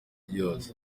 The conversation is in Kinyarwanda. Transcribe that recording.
zose